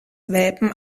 welpen